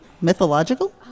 Mythological